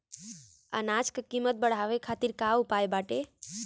अनाज क कीमत बढ़ावे खातिर का उपाय बाटे?